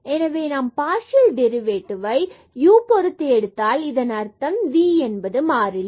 எனவே நாம் partial derivative ஐ u பொருத்து எடுத்தால் இதன் அர்த்தம் v என்பது மாறிலி